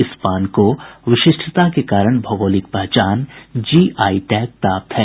इस पान को विशिष्टता के कारण भौगोलिक पहचान जीआई टैग प्राप्त है